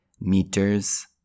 meters